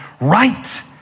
right